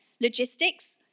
logistics